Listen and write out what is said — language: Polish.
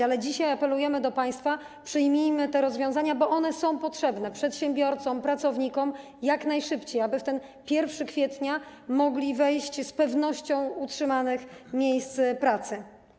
Ale dzisiaj apelujemy do państwa: przyjmijmy te rozwiązania, bo one są potrzebne przedsiębiorcom i pracownikom jak najszybciej, po to aby w ten 1 kwietnia mogli wejść z pewnością utrzymanych miejsc pracy.